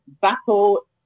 battle